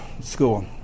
school